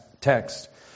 text